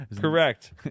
Correct